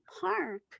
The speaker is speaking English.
Park